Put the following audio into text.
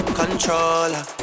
controller